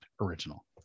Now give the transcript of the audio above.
original